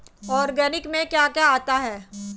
Organic में क्या क्या आता है?